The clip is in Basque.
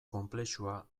konplexua